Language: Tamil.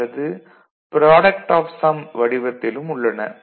அல்லது ப்ராடக்ட் ஆப் சம் வடிவத்திலும் உள்ளன